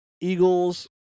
Eagles